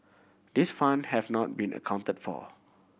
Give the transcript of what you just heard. these fund have not been accounted for